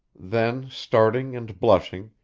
then starting and blushing,